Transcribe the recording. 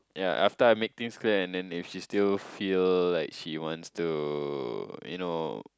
ya after I make things clear and then if she still feel like she wants to you know